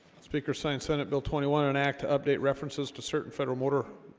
speaker signed senate bill twenty one an act to update references to certain federal motor